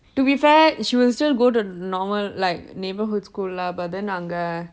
to be fair she will still go to normal like neighbourhood school lah but then